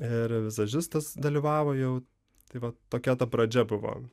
ir vizažistas dalyvavo jau tai va tokia ta pradžia buvo